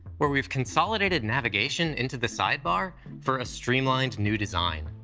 where we've consolidated navigation into the sidebar for a streamlined new design.